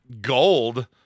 gold